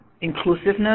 inclusiveness